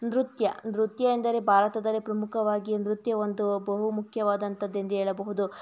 ನೃತ್ಯ ನೃತ್ಯ ಎಂದರೆ ಭಾರತದಲ್ಲೇ ಪ್ರಮುಖವಾಗಿ ನೃತ್ಯ ಒಂದು ಬಹು ಮುಖ್ಯವಾದಂಥದ್ದೆಂದು ಹೇಳಬಹುದು